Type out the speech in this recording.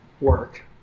work